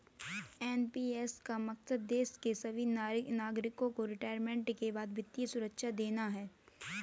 NPS का मकसद देश के सभी नागरिकों को रिटायरमेंट के बाद वित्तीय सुरक्षा देना है